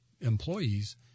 employees